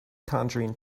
conjuring